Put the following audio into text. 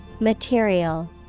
Material